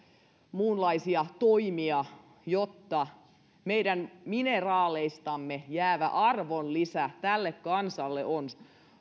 muunlaisia toimia jotta meidän mineraaleistamme jäävä arvonlisä tälle kansalle on